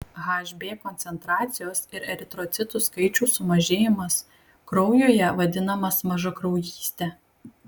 hb koncentracijos ir eritrocitų skaičiaus sumažėjimas kraujuje vadinamas mažakraujyste